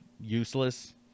useless